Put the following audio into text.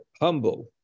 humble